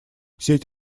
сеть